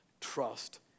Trust